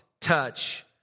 touch